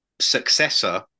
successor